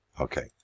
Okay